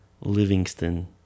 Livingston